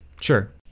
Sure